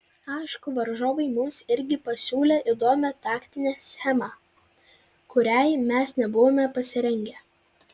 aišku varžovai mums irgi pasiūlė įdomią taktinę schemą kuriai mes nebuvome pasirengę